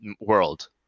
world